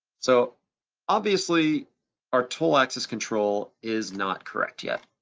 so obviously our tool axis control is not correct yet.